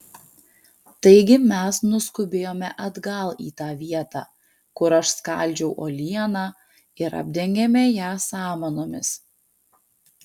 taigi mes nuskubėjome atgal į tą vietą kur aš skaldžiau uolieną ir apdengėme ją samanomis